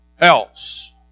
else